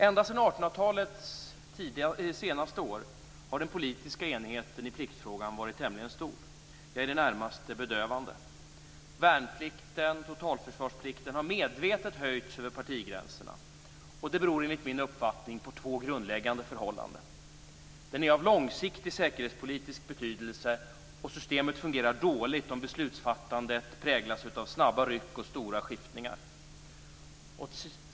Ända sedan 1800-talets senaste år har den politiska enigheten i pliktfrågan varit tämligen stor - i det närmaste bedövande. Värnplikten och totalförsvarsplikten har medvetet höjts över partigränserna. Det beror enligt min uppfattning på två grundläggande förhållanden. Frågan är av långsiktig säkerhetspolitisk betydelse, och systemet fungerar dåligt om beslutsfattandet präglas av snabba ryck och stora skiftningar.